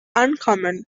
uncommon